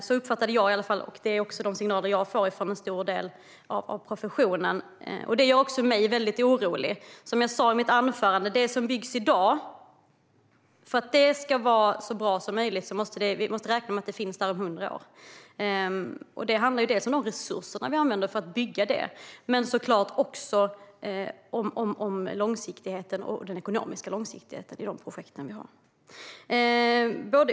Så uppfattade jag vad som sas, och det är också de signaler som jag får från en stor del av professionen. Det gör också mig orolig. Jag sa i mitt anförande att för att det som byggs i dag ska bli så bra som möjligt måste man räkna med att det ska finnas där om 100 år. Det handlar bland annat om de resurser som används i byggandet och om den ekonomiska långsiktigheten i projekten.